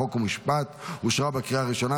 חוק ומשפט אושרה בקריאה הראשונה,